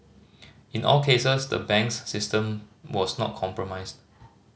in all cases the banks system was not compromised